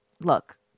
Look